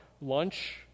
lunch